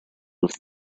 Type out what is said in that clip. have